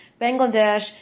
Bangladesh